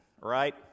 right